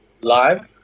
live